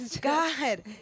god